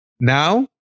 now